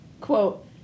quote